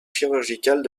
chirurgicales